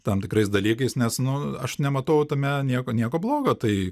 tam tikrais dalykais nes nu aš nematau tame nieko nieko blogo tai